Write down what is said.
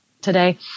today